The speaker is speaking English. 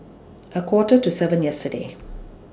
A Quarter to seven yesterday